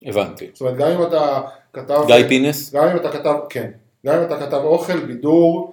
הבנתי, זאת אומרת, גם אם אתה... גיא פינס? כן... כתב אוכל, בידור